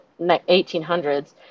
1800s